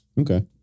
Okay